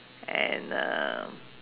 and um